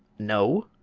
no,